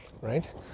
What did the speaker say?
right